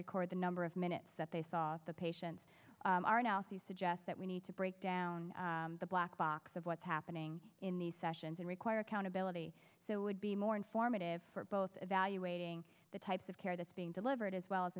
record the number of minutes that they saw the patients are now three suggests that we need to break down the black box of what's happening in these sessions and require accountability so it would be more informative for both evaluating the types of care that's being delivered as well as